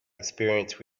experience